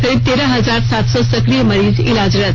करीब तेरह हजार सात सौ सकिय मरीज इलाजरत